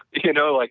you know, like,